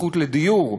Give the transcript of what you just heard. בזכות לדיור,